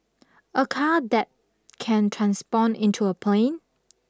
a car that can transport into a plane